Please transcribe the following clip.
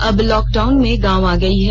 अब लॉकडाउन में गांव आ गई है